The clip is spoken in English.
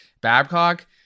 Babcock